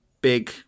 big